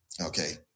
Okay